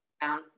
down